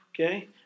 okay